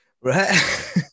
right